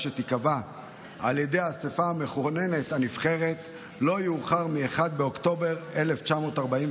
שתיקבע על ידי האספה המכוננת הנבחרת לא יאוחר מ-1 באוקטובר 1948,